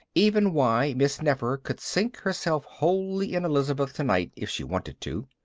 even why miss nefer could sink herself wholly in elizabeth tonight if she wanted to.